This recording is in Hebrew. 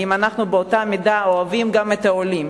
האם אנחנו באותה מידה אוהבים גם את העולים?